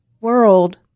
world